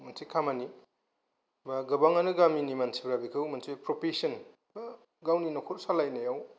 मोनसे खामानि बा गोबाङानो गामिनि मानसिफ्रा बेखौ मोनसे प्रफेसन बा गावनि न'खर सालायनायाव